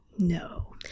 No